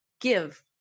give